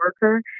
worker